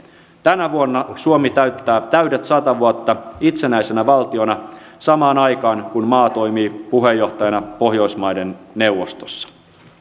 tänä vuonna suomi täyttää täydet sata vuotta itsenäisenä valtiona samaan aikaan kun maa toimii puheenjohtajana pohjoismaiden neuvostossa